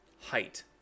height